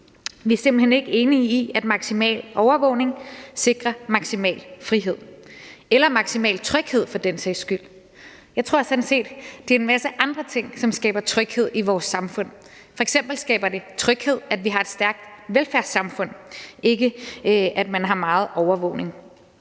Vi er simpelt hen ikke enige i, at maksimal overvågning sikrer maksimal frihed – eller maksimal tryghed for den sags skyld. Jeg tror sådan set, at det er en masse andre ting, som skaber tryghed i vores samfund. F.eks. skaber det tryghed, at vi har et stærkt velfærdssamfund – ikke, at man har meget overvågning.